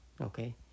Okay